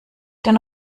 den